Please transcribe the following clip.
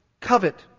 covet